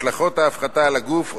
השלכות ההפחתה על הגוף,